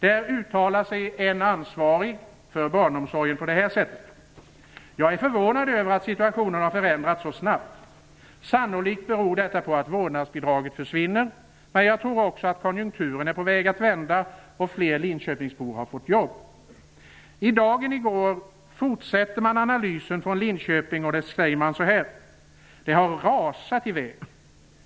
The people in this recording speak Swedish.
Där uttalar sig en ansvarig för barnomsorgen så här: "Jag är förvånad över att situationen har förändrats så snabbt. Sannolikt beror detta på att vårdnadsbidraget försvinner, men jag tror också att konjunkturen är på väg att vända och fler Linköpingsbor har fått jobb." I Dagen i går fortsätter man analysen från Linköping och säger så här: Det har rasat i väg.